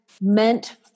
meant